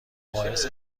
باعث